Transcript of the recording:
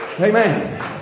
Amen